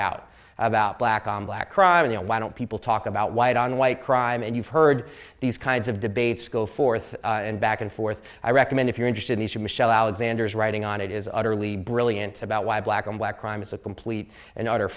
out about black on black crime and why don't people talk about white on white crime and you've heard these kinds of debates go forth and back and forth i recommend if you're interested the show michelle alexander's writing on it is utterly brilliant about why black on black crime is a complete an